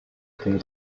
clefs